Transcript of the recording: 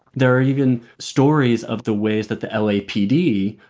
there are even stories of the ways that the l. a. p. d.